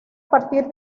partir